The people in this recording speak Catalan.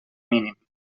mínim